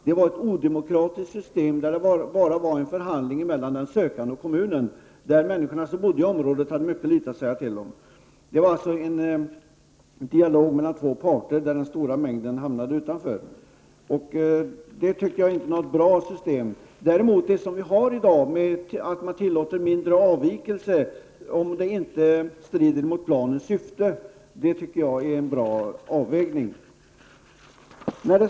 Det var ett odemokratiskt system med förhandling bara mellan den sökande och kommunen. Människorna som bodde i området hade mycket litet att säga till om. Det var en dialog mellan två parter och den stora mängden hamnade utanför. Det tycker jag inte är något bra system. Däremot är det som vi har i dag, att man tillåter mindre avvikelser om det inte strider mot planens syfte, en bra avvägning.